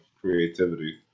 creativity